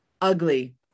ugly